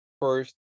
first